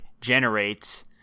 generates